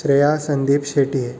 Shreya Sandip Shetye